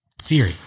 Siri